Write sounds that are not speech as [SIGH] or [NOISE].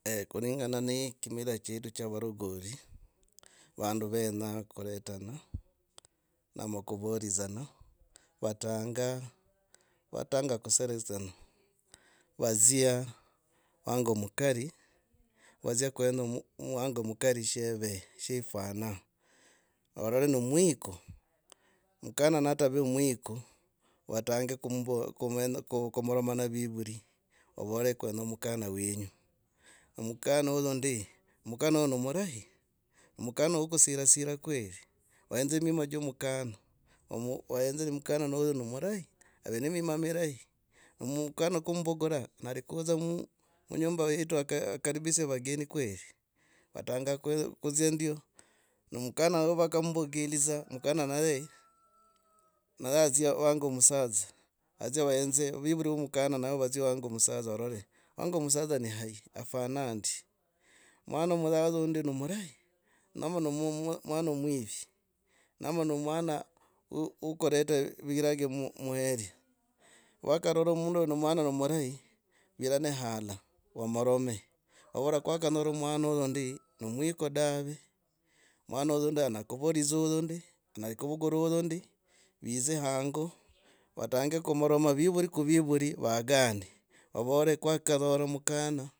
[HESITATION] kulingana na kimila chetu cha varagori vandu venya. kuretana ama kuvorizana. vatanga. vatanga kuserezana. Vadzia wanga mukalivadzia kuhenga wanga mkali sheve. sheifwana varore no mwiko mukana na atari mwike vatange kumbe. Kulomaloma na vivuli vavore kwenya mukana wenyu omukana uno ndi. Omukana uno nomurahi? Omukana wo kusirasiranomurahi ave no mima mirahi. omukana nukumbugura nakikudza munyumba yetu akaribishe wageni kweli vatanga kudzia ndio no omukana vave vakambukilidza. mukana nahe nadzia wango musadza. Adzie henze vivuli vo mukana navo vadzia wange musaza varore wange musaza ne hai. Afwana ndi. mwana nusaza uno ndi nomurahi nomba no [HESITATION] mwana. Omwivi ama namwana wakureta virage mu are. wakarora mundo na mwana nomulahi virane halala. valomelome vavora kwakanyola mwano oyu ndi no mwiko dave. mwana oyo ndi [HESITATION] anakovorusunduzi, vidze hango watange kulomaloma, vivuli ku vivuli vagane. vavole kkwakanyora mukana.